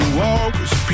walkers